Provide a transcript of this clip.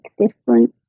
difference